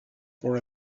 for